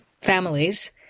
families